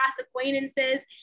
acquaintances